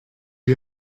you